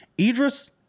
Idris